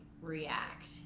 react